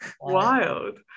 Wild